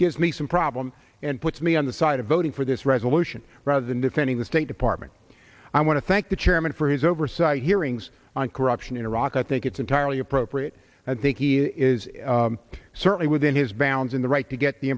gives me some problem and puts me on the side of voting for this resolution rather than defending the state department i want to thank the chairman for his oversight hearings on corruption in iraq i think it's entirely appropriate i think he is certainly within his bounds in the right to get the